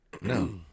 No